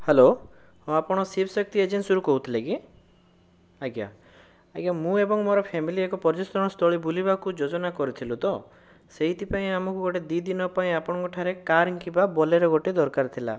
hello ହଁ ଆପଣ ଶିବଶକ୍ତି ଏଜେନ୍ସିରୁ କହୁଥିଲେ କି ଆଜ୍ଞା ଆଜ୍ଞା ମୁଁ ଏବଂ ମୋର ଫେମିଲି ଏକ ପର୍ଯ୍ୟଟନସ୍ଥଳୀ ବୁଲିବାକୁ ଯୋଜନା କରିଥିଲୁ ତ ସେଇଥିପାଇଁ ଆମକୁ ଗୋଟେ ଦୁଇ ଦିନପାଇଁ ଆପଣଙ୍କଠାରେ କାର କିମ୍ବା ବୋଲେରୋ ଗୋଟେ ଦରକାର ଥିଲା